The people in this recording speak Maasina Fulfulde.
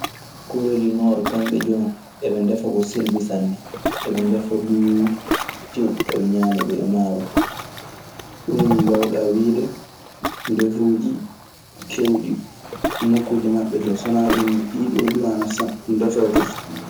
Kooree di noor kaamɓe jooni eɓe ndefa ko selbi sanner. Eɓe ndefa duu teew. Eɓe ñaama ɗun, e maaro fuu. Ɗun mbaawɗaa wiide ndefuuji keewɗi to maɓɓe too. So wanaa ɗun ɗiiɗoo duu ana ndefee ton.